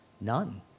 None